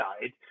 side